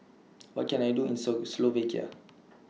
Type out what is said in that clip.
What Can I Do in Slovakia